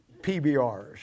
PBRs